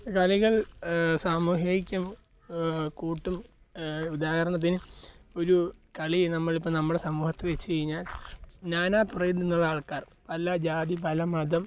കളികൾ സാമൂഹ്യ ഐക്യം കൂട്ടും ഉദാഹരണത്തിന് ഒരു കളി നമ്മളിപ്പം നമ്മളെ സമൂഹത്ത് വച്ചു കഴിഞ്ഞാൽ നാനാതുറയിൽ നിന്നുള്ള ആൾക്കാർ പല ജാതി പല മതം